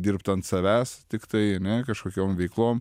dirbt ant savęs tiktai ane kažkokiom veiklom